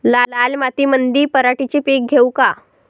लाल मातीमंदी पराटीचे पीक घेऊ का?